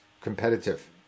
competitive